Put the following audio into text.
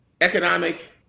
economic